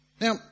Now